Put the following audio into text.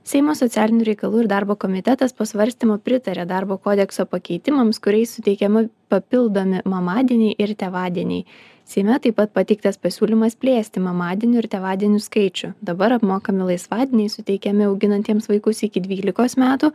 seimo socialinių reikalų ir darbo komitetas po svarstymo pritarė darbo kodekso pakeitimams kuriais suteikiami papildomi mamadieniai ir tėvadieniai seime taip pat pateiktas pasiūlymas plėsti mamadienių ir tėvadienių skaičių dabar apmokami laisvadieniai suteikiami auginantiems vaikus iki dvylikos metų